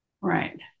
Right